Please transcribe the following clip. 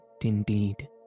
indeed